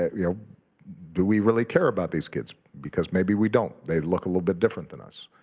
ah you know do we really care about these kids? because maybe we don't. they look a little bit different than us.